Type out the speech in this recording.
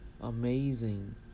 amazing